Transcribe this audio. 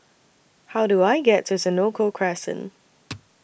How Do I get to Senoko Crescent